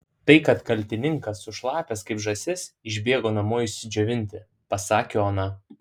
tai kad kaltininkas sušlapęs kaip žąsis išbėgo namo išsidžiovinti pasakė ona